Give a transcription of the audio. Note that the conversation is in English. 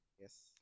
yes